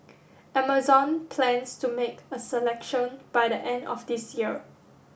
Amazon plans to make a selection by the end of this year